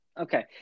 Okay